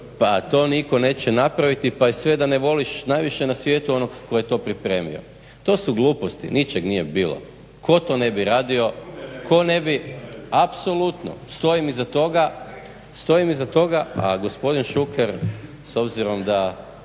Pa to nitko neće napraviti pa i sve da ne voliš najviše na svijetu onog tko je to pripremio. To su gluposti. Ničeg nije bilo. Tko to ne bi radio, tko ne bi apsolutno stojim iza toga. Pa gospodin Šuker s obzirom da